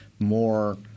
more